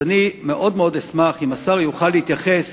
אשמח מאוד אם השר יוכל להתייחס,